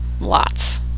lots